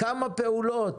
כמה פעולות?